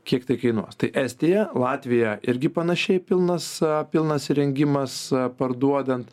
kiek tai kainuos tai estija latvija irgi panašiai pilnas pilnas įrengimas parduodant